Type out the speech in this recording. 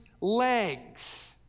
legs